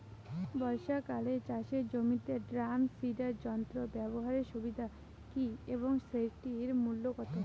বর্ষাকালে চাষের জমিতে ড্রাম সিডার যন্ত্র ব্যবহারের সুবিধা কী এবং সেটির মূল্য কত?